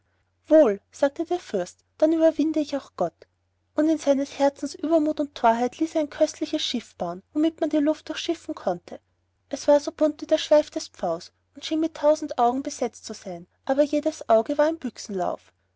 wohl sagte der böse fürst dann überwinde ich auch gott und in seines herzens übermut und thorheit ließ er ein köstliches schiff bauen womit man die luft durchschiffen konnte es war so bunt wie der schweif des pfaues und schien mit tausend augen besetzt zu sein aber jedes auge war ein